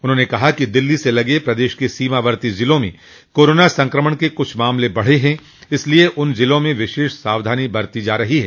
उन्होंने कहा कि दिल्ली से लगे प्रदेश के सीमावर्ती ज़िलों में कोरोना संक्रमण के कुछ मामले बढ़े हैं इसलिये उन ज़िलों में विशेष सावधानी बरती जा रही है